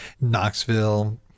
Knoxville